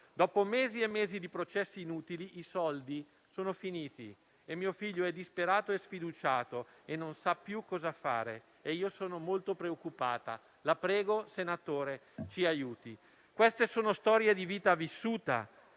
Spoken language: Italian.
Dopo mesi e mesi di processi inutili, i soldi sono finiti e mio figlio è disperato e sfiduciato, non sa più cosa fare e io sono molto preoccupata. La prego, senatore, ci aiuti.» Queste sono storie di vita vissuta,